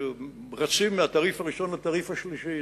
שרצים מהתעריף הראשון לתעריף השלישי.